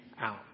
out